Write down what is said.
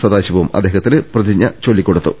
സ ദാശിവം അദ്ദേഹത്തിന് പ്രതിജ്ഞ ചൊല്ലിക്കൊടുത്തു